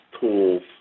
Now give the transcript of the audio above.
tools